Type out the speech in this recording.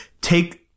take